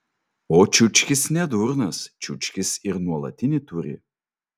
o čiukčis ne durnas čiukčis ir nuolatinį turi